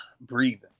breathing